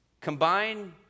Combine